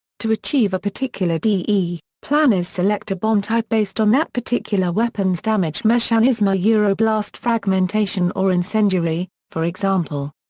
to achieve a particular de, planners select a bomb type based on that particular weapon's damage mechanism ah yeah blast fragmentation or incendiary, for example.